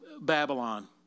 Babylon